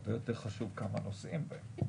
הרבה יותר חשוב כמה נוסעים בהם.